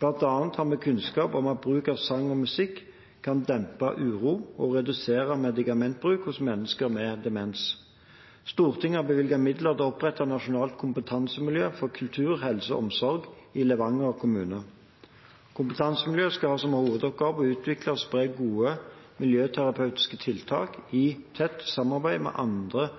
Blant annet har vi kunnskap om at bruk av sang og musikk kan dempe uro og redusere medikamentbruk hos mennesker med demens. Stortinget har bevilget midler til å opprette et nasjonalt kompetansemiljø for kultur, helse og omsorg i Levanger kommune. Kompetansemiljøet skal ha som hovedoppgave å utvikle og spre gode miljøterapeutiske tiltak i tett samarbeid med andre